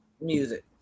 Music